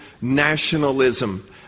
nationalism